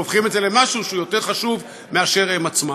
שהופכים את זה למשהו שהוא יותר חשוב מאשר הם עצמם.